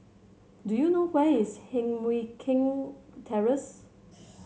do you know where is Heng Mui Keng Terrace